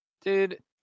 dude